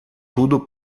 tudo